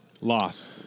Loss